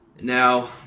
Now